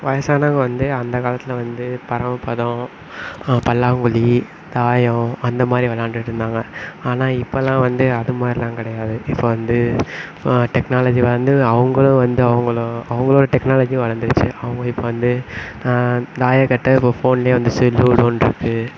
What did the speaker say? வயதானவங்க வந்து அந்த காலத்தில் வந்து பரமப்பதம் பல்லாங்குழி தாயம் அந்த மாதிரி விளயாண்டுட்டு இருந்தாங்க ஆனால் இப்பல்லாம் வந்து அது மாதிரிலாம் கிடையாது இப்போ வந்து டெக்னாலஜி வந்து அவங்களும் வந்து அவங்களும் அவங்களோட டெக்னாலஜியும் வளர்ந்துடுச்சி அவங்க இப்போ வந்து தாயக்கட்டை இப்போ ஃபோன்லே வந்துடுச்சி லூடோன்ட்டிருக்கு